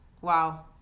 wow